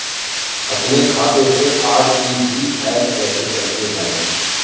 अपने खाते से आर.टी.जी.एस कैसे करते हैं?